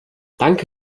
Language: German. danke